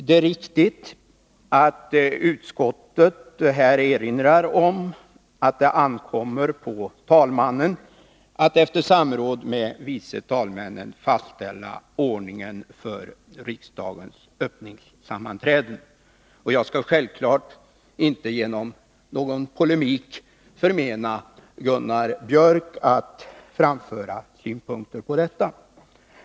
Det är riktigt att utskottet erinrar om att det ankommer på talmannen att efter samråd med vice talmännen fastställa ordningen för riksdagens öppningssammanträden. Jag skall självfallet inte genom någon polemik förmena Gunnar Biörck att framföra synpunkter på detta.